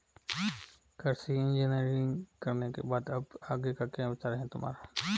कृषि इंजीनियरिंग करने के बाद अब आगे का क्या विचार है तुम्हारा?